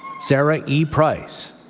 sarah e. preis,